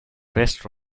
best